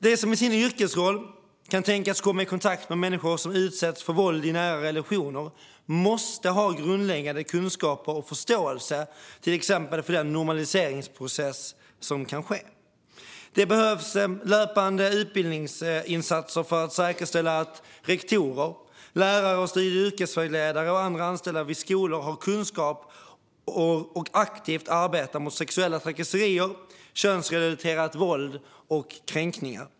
De som i sin yrkesroll kan tänkas komma i kontakt med människor som utsätts för våld i nära relationer måste ha grundläggande kunskaper om och förståelse för till exempel den normaliseringsprocess som kan ske. Det behövs löpande utbildningsinsatser för att säkerställa att rektorer, lärare, studie och yrkesvägledare och andra anställda vid skolor har kunskap om och aktivt arbetar mot sexuella trakasserier, könsrelaterat våld och kränkningar.